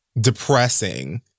depressing